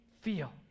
feel